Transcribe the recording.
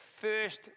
first